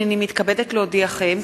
הנני מתכבדת להודיעכם,